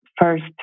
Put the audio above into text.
first